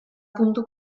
puntu